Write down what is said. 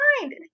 mind